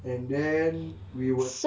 and then we were